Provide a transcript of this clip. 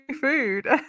food